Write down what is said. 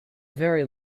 very